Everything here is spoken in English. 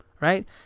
right